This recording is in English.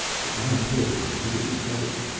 was my appearance really credible?